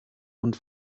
und